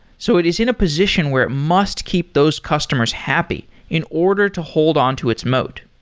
so it is in a position where it must keep those customers happy in order to hold on to its moat.